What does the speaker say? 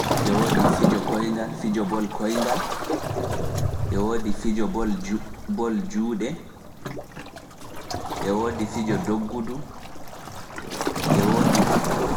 E woodi fijo ɓol koyngal, ɓol juuɗe, fijo ndoggudu,